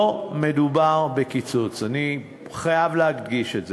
לא מדובר בקיצוץ, אני חייב להדגיש את זה.